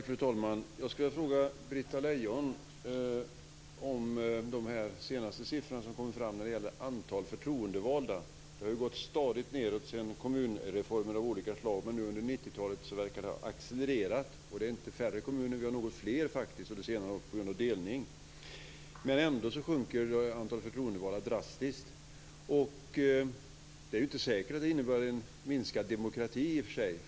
Fru talman! Jag skulle vilja fråga Britta Lejon om de senaste siffrorna som har kommit fram när det gäller antalet förtroendevalda. Det har gått stadigt nedåt efter kommunreformer av olika slag, men under 90-talet verkar nedgången ha accelererat. Det är inte färre kommuner - vi har faktiskt haft något fler under senare år på grund av delning - men ändå sjunker antalet förtroendevalda drastiskt. Det är i och för sig inte säkert att det innebär en minskad demokrati.